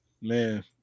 Man